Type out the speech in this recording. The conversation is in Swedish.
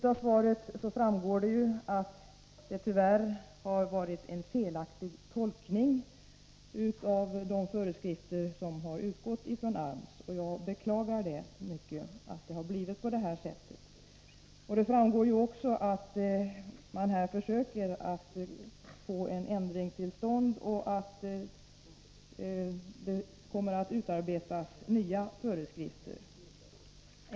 Av svaret framgår det att det tyvärr förekommit en felaktig tolkning av de föreskrifter som utgått från AMS. Jag beklagar mycket att det blivit på det sättet. Det framgår också att man här försöker att få en ändring till stånd och att det kommer att utarbetas nya föreskrifter.